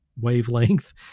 wavelength